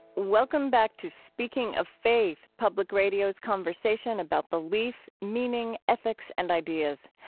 welcome back to speaking of faith, public radio's conversation about belief, meaning, ethics and ideas.